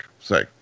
say